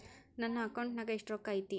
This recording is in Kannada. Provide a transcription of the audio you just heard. ನನ್ನ ಅಕೌಂಟ್ ನಾಗ ಎಷ್ಟು ರೊಕ್ಕ ಐತಿ?